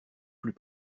plus